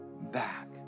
back